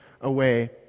away